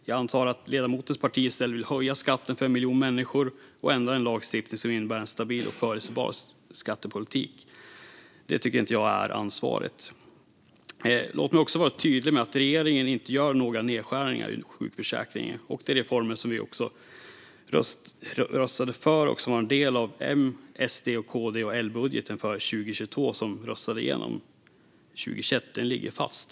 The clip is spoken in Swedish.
Jag antar att ledamotens parti i stället vill höja skatten för 1 miljon människor och ändra den lagstiftning som innebär en stabil och förutsägbar skattepolitik. Det tycker inte jag är ansvarigt. Låt mig också vara tydlig med att regeringen inte gör några nedskärningar i sjukförsäkringen. De reformer som vi röstade för 2021 och som var en del av M, SD, KD och L-budgeten för 2022 ligger fast.